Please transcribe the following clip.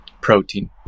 protein